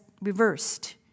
reversed